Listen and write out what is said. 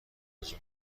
آرزو